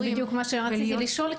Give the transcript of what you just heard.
זה בדיוק מה שרציתי לשאול,